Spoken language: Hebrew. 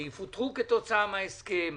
שיפוטרו כתוצאה מההסכם,